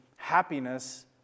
Happiness